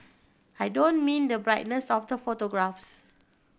I don't mean the brightness of the photographs